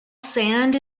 sand